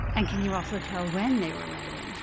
and can you also tell when they were writing?